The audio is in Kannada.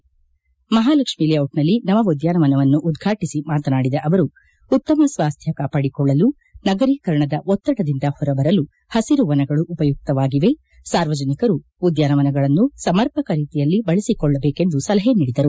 ಬೆಂಗಳೂರಿನ ಮಹಾಲಕ್ಷ್ಮೀ ಬಡಾವಣೆಯಲ್ಲಿ ನವ ಉದ್ದಾನವನ್ನು ಉದ್ರಾಟಿಸ ಮಾತನಾಡಿದ ಅವರು ಉತ್ತಮ ಸ್ವಾಸ್ತ್ಯ ಕಾಪಾಡಿಕೊಳ್ಳಲು ನಗರೀಕರಣ ಒತ್ತಡದಿಂದ ಹೊರಬರಲು ಹಸಿರು ವನಗಳು ಉಪಯುಕ್ತವಾಗಿವೆ ಸಾರ್ವಜನಿಕರು ಉದ್ದಾನವನಗಳನ್ನು ಸಮರ್ಪಕ ರೀತಿಯಲ್ಲಿ ಬಳಸಿಕೊಳ್ಳಬೇಕೆಂದು ಸಲಹೆ ನೀಡಿದರು